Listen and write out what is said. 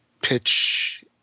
pitch